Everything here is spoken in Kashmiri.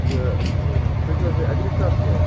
یہِ تُہۍ چھُو حظ یہِ اٮ۪گری شاپ چھُو حظ